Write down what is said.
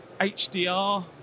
HDR